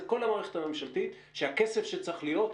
תוודאו זה כל המערכת הממשלתית שהכסף שצריך להיות,